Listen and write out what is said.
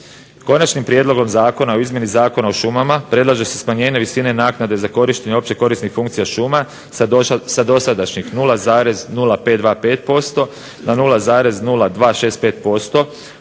Konačnim prijedlogom zakona o izmjeni Zakona o šumama predlaže se smanjenje visine naknade za korištenje opće korisnih funkcija šuma sa dosadašnjih 0,0525% na 0,265%